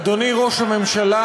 אדוני ראש הממשלה,